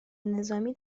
نظامی